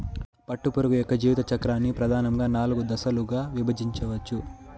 పట్టుపురుగు యొక్క జీవిత చక్రాన్ని ప్రధానంగా నాలుగు దశలుగా విభజించవచ్చు